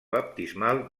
baptismal